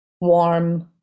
warm